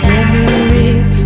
Memories